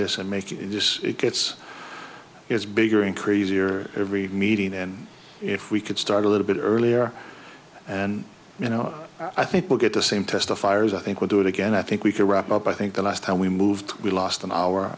this and making it just gets it's bigger and crazier every meeting and if we could start a little bit earlier and you know i think we'll get the same testifiers i think we'll do it again i think we can wrap up i think the last time we moved we lost